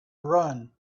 run